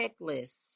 checklists